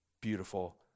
Beautiful